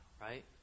right